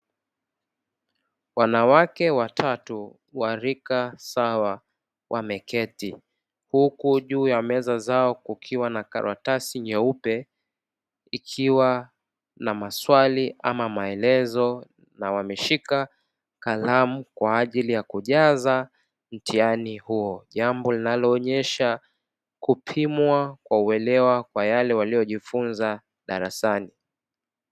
Wanawe watatu wa lika sawa wameketi huku juu ya meza zao kukiwa na karatasi nyeupe ikiwa na maswali ama maelezo na wameshika kalamu kwa ajili ya kujaza mtihani huo. Jambo linaloonyesha kupimwa kwa uelewa kwa yale waliojifunza darasani.